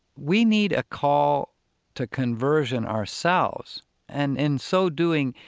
we need a call to conversion ourselves and, in so doing,